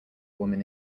woman